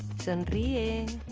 sunday in